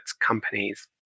companies